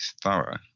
thorough